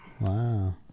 Wow